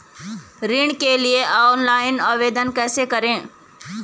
ऋण के लिए ऑनलाइन आवेदन कैसे करें?